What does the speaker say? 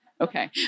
Okay